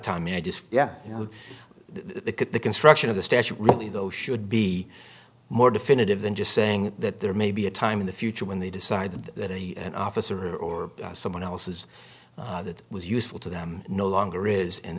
tommy i just yeah you know they get the construction of the statute really though should be more definitive than just saying that there may be a time in the future when they decide that he an officer or someone else's that was useful to them no longer is